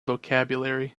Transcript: vocabulary